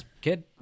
kid